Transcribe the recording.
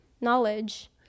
knowledge